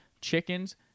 chickens